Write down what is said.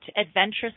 adventurous